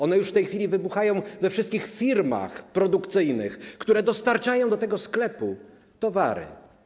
One już w tej chwili wybuchają we wszystkich firmach produkcyjnych, które dostarczają do sklepu towary.